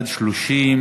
התשע"ד